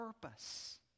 purpose